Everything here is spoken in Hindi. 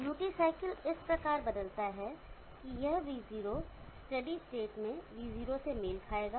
ड्यूटी साइकिल इस प्रकार बदलता है है कि यह V0 स्टेडी स्टेट में V0 से मेल खाएगा